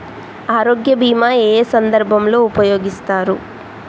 ఆరోగ్య బీమా ఏ ఏ సందర్భంలో ఉపయోగిస్తారు?